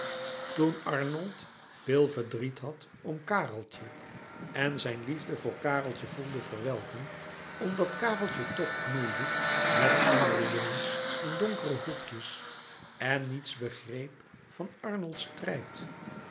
toen arnold veel verdriet had om kareltje en zijn liefde voor kareltje voelde verwelken omdat kareltje toch knoeide met andere jongens in donkere hoekjes en niets begreep van arnolds strijd